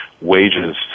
wages